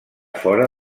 fora